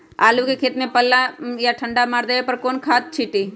आलू के खेत में पल्ला या ठंडा मार देवे पर कौन खाद छींटी?